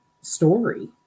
story